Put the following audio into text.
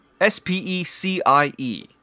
S-P-E-C-I-E